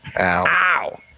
Ow